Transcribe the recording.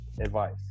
advice